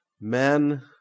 men